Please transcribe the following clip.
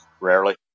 rarely